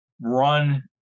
run